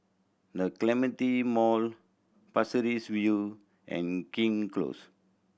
The Clementi Mall Pasir Ris View and King Close